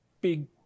big